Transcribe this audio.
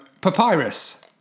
Papyrus